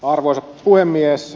arvoisa puhemies